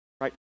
right